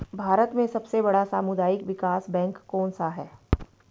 भारत में सबसे बड़ा सामुदायिक विकास बैंक कौनसा है?